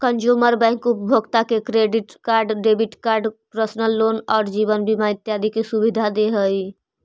consumer bank उपभोक्ता के debit card, credit card, personal loan आउ जीवन बीमा इत्यादि के सुविधा दे हइ